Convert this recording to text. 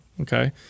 okay